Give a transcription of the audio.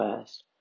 first